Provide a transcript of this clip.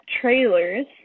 trailers